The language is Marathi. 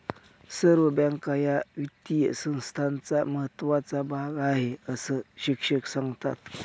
सर्व बँका या वित्तीय संस्थांचा महत्त्वाचा भाग आहेत, अस शिक्षक सांगतात